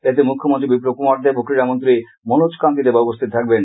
এতে মুখ্যমন্ত্রী বিপ্লব কুমার দেব ও ক্রীডামন্ত্রী মনোজ কান্তি দেব উপস্থিত থাকবেন